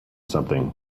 something